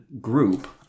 group